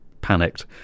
panicked